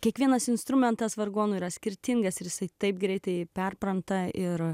kiekvienas instrumentas vargonų yra skirtingas ir jisai taip greitai perpranta ir